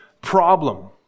problem